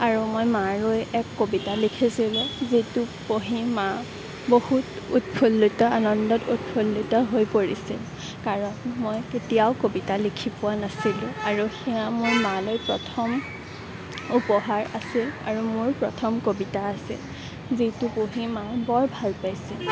আৰু মই মালৈ এক কবিতা লিখিছিলোঁ যিটো পঢ়ি মা বহুত উৎফুল্লিত আনন্দত উৎফুল্লিত হৈ পৰিছিল কাৰণ মই কেতিয়াও কবিতা লিখি পোৱা নাছিলোঁ আৰু সেয়া মোৰ মালৈ প্ৰথম উপহাৰ আছিল আৰু মোৰ প্ৰথম কবিতা আছিল যিটো পঢ়ি মাই বৰ ভাল পাইছিল